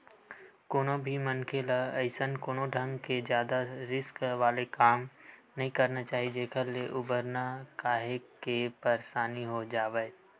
कोनो भी मनखे ल अइसन कोनो ढंग के जादा रिस्क वाले काम नइ करना चाही जेखर ले उबरना काहेक के परसानी हो जावय